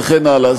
וכן הלאה,